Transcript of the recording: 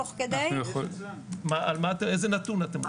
איזה נתון אתם רוצים?